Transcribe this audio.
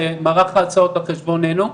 ומערך ההרצאות לא על חשבוננו,